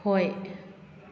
ꯍꯣꯏ